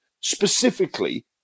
specifically